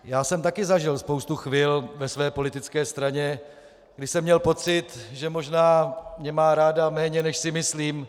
Já jsem taky zažil spoustu chvil ve své politické straně, kdy jsem měl pocit, že možná mě má ráda méně, než si myslím.